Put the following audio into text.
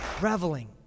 Reveling